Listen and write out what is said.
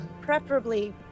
preferably